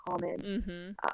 common